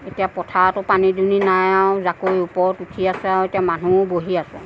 এতিয়া পথাৰতো পানী দুনি নাই আৰু জাকৈ ওপৰত উঠি আছে আৰু এতিয়া মানুহো বহি আছোঁ